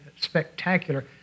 spectacular